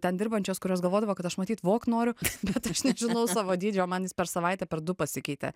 ten dirbančios kurios galvodavo kad aš matyt vogt noriu bet aš nežinau savo dydžio man jis per savaitę per du pasikeitė